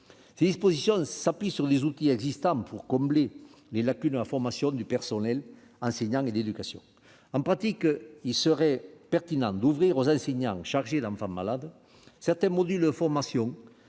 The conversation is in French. Ces dispositions s'appuient sur les outils existants pour combler les lacunes de la formation du personnel enseignant et d'éducation. En pratique, il serait pertinent d'ouvrir aux enseignants chargés d'enfants malades certains modules de formation,